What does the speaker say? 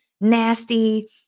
nasty